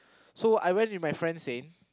so I went with my friend Sein